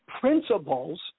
principles